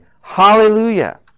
Hallelujah